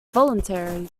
voluntary